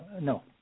No